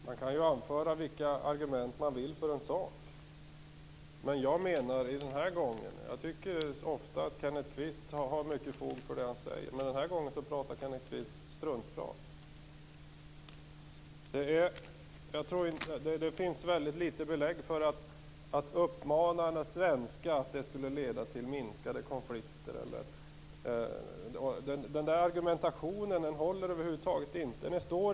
Fru talman! Man kan anföra vilka argument man vill för en sak. Jag tycker ofta att Kenneth Kvist har fog för det som han säger. Men den här gången pratar han strunt. Det finns väldigt litet belägg för att en betoning av det svenska skulle leda till färre konflikter. Den argumentationen håller över huvud taget inte.